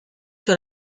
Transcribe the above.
sur